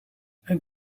een